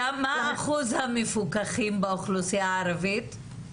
מה אחוז המפוקחים באוכלוסייה הערבית?